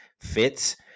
fits